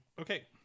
Okay